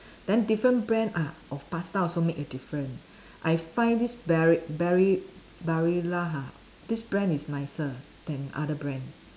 then different brand ah of pasta also make a different I find this Bari~ Bari~ Barilla ha this brand is nicer than other brand